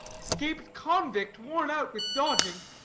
escaped convict, worn out with dodging.